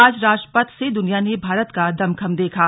आज राजपथ से दुनिया ने भारत का दमखम देखा